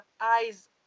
eyes